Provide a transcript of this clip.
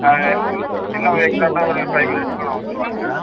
ஆ இன்னும் ஒரு எக்ஸ்ஸாக்டாக ஒரு ஃபைவ் மினிட்ஸில் நான் வந்துடுவேன் அங்கே